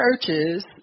churches